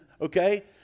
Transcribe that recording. Okay